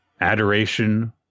Adoration